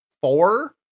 four